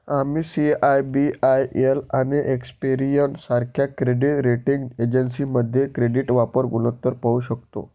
आम्ही सी.आय.बी.आय.एल आणि एक्सपेरियन सारख्या क्रेडिट रेटिंग एजन्सीमध्ये क्रेडिट वापर गुणोत्तर पाहू शकतो